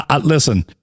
Listen